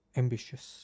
ambitious